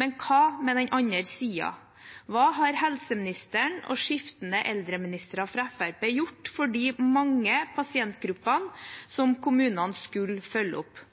Men hva med den andre siden? Hva har helseministeren og skiftende eldreministre fra Fremskrittspartiet gjort for de mange pasientgruppene som kommunene skulle følge opp?